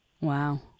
Wow